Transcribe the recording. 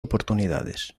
oportunidades